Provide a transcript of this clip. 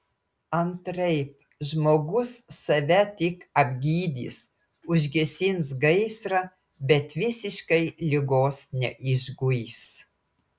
antraip žmogus save tik apgydys užgesins gaisrą bet visiškai ligos neišguis